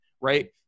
Right